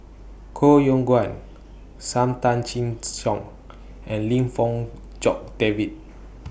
Koh Yong Guan SAM Tan Chin Siong and Lim Fong Jock David